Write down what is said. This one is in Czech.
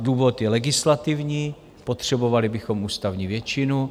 Důvod je legislativní, potřebovali bychom ústavní většinu.